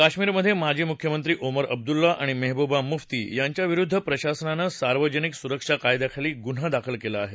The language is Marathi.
कश्मीरमधे माजी मुख्यमंत्री ओमर अब्दुल्ला आणि मेहबूबा मुफ्ती यांच्यांविरुद्ध प्रशासनानं सार्वजनिक सुरक्षा कायद्याखाली गुन्हा दाखल केला आहे